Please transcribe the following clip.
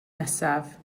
nesaf